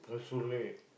so late